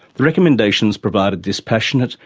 the recommendations provide a dispassionate,